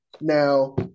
Now